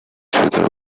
tudor